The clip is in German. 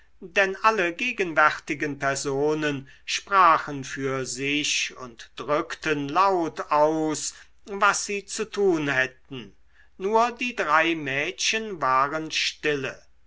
denn alle gegenwärtigen personen sprachen für sich und drückten laut aus was sie zu tun hätten nur die drei mädchen waren stille